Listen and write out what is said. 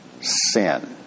sin